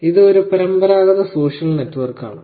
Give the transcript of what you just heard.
ഇത് ഒരു പരമ്പരാഗത തരം സോഷ്യൽ നെറ്റ്വർക്കാണ്